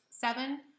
seven